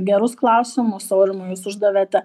gerus klausimus aurimai jūs uždavėte